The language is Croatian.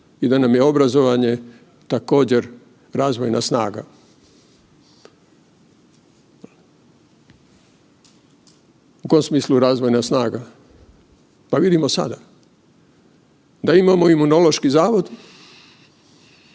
i da nam je obrazovanje također razvojna snaga. U kom smislu razvojna snaga? Pa vidimo sada. Da imamo Imunološki zavod